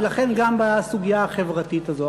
ולכן גם בסוגיה החברתית הזו,